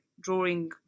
drawing